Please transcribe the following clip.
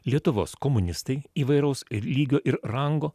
lietuvos komunistai įvairaus lygio ir rango